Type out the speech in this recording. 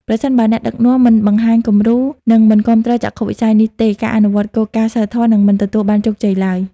ប្រសិនបើអ្នកដឹកនាំមិនបង្ហាញគំរូ និងមិនគាំទ្រចក្ខុវិស័យនេះទេ ការអនុវត្តគោលការណ៍សីលធម៌នឹងមិនទទួលបានជោគជ័យឡើយ។